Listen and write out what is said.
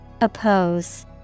Oppose